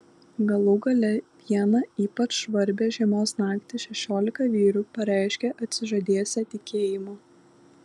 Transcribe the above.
galų gale vieną ypač žvarbią žiemos naktį šešiolika vyrų pareiškė atsižadėsią tikėjimo